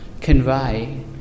convey